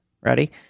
Ready